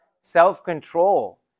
self-control